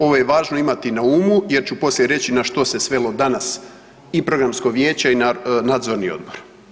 Ovo je važno imati na umu, jer ću poslije reći na što se svelo danas i Programsko vijeće i Nadzorni odbor.